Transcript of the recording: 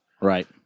Right